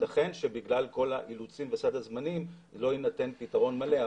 יתכן שבגלל כל האילוצים וסד הזמנים לא יינתן פתרון מלא.